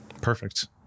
Perfect